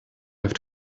have